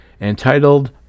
entitled